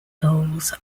goals